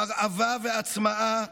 הרעבה והצמאה,